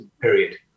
period